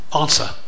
answer